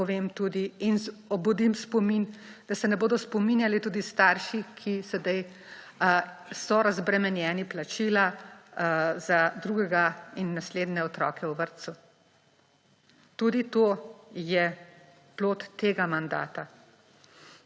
povem tudi in obudim spomin, da se bodo spominjali tudi starši, ki sedaj so razbremenjeni plačila za drugega in naslednje otroke v vrtcu. Tudi to je plod tega mandata.